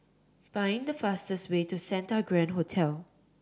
find the fastest way to Santa Grand Hotel